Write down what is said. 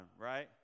right